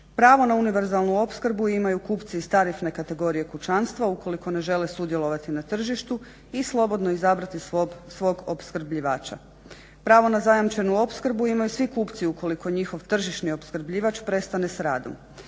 Pravo na univerzalnu opskrbu imaju kupci starosne kategorije kućanstva ukoliko ne žele sudjelovati na tržištu i slobodno izabrati svog opskrbljivača. Pravo na zajamčenu opskrbu imaju svi kupci ukoliko njihov tržišni opskrbljivač prestane s radom.